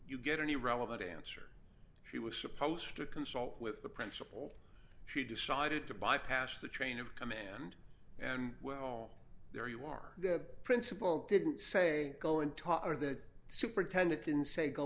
you get an irrelevant answer she was supposed to consult with the principal she decided to bypass the train of command and well there you are the principal didn't say go and talk or the superintendent didn't say go